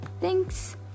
Thanks